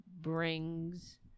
brings